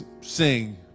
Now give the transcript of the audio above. sing